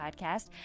podcast